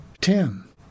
Tim